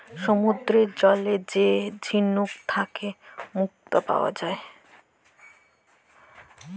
সমুদ্দুরের জলে যে ঝিলুক থ্যাইকে মুক্তা পাউয়া যায়